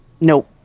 Nope